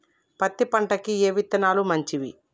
పత్తి పంటకి ఏ విత్తనాలు మంచివి?